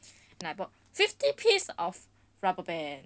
then I bought fifty piece of rubber band